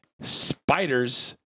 spiders